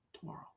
tomorrow